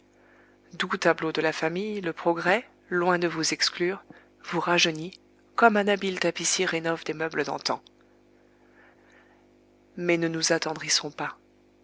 doux tableaux de la famille le progrès loin de vous exclure vous rajeunit comme un habile tapissier rénove des meubles d'antan mais ne nous attendrissons pas